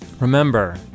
Remember